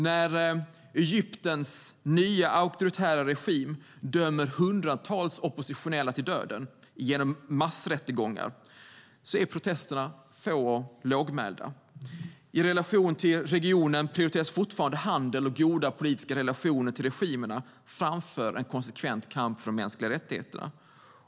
När Egyptens nya auktoritära regim dömer hundratals oppositionella till döden i massrättegångar är protesterna få och lågmälda. I förbindelserna med regionen prioriteras fortfarande handel och goda politiska relationer till regimerna framför en konsekvent kamp för de mänskliga rättigheterna.